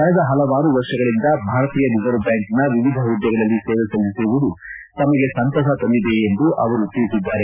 ಕಳೆದ ಪಲವಾರು ವರ್ಷಗಳಿಂದ ಭಾರತೀಯ ರಿಸರ್ವ್ ಬ್ಲಾಂಕ್ನ ವಿವಿಧ ಹುದ್ಗೆಗಳಲ್ಲಿ ಸೇವೆ ಸಲ್ಲಿಸಿರುವುದು ತಮಗೆ ಸಂತಸ ತಂದಿದೆ ಎಂದು ಹೇಳಿದ್ದಾರೆ